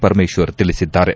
ಪರಮೇಶ್ವರ್ ತಿಳಿಸಿದ್ದಾರೆ